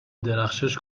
درخشش